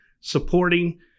supporting